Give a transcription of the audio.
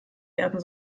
werden